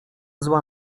zła